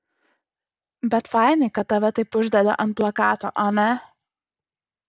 bet fainai kad tave taip uždeda ant plakato ane